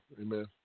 amen